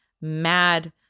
mad